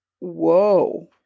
whoa